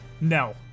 No